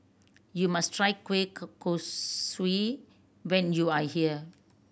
you must try kueh kosui when you are here